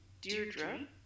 deirdre